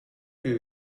più